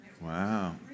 Wow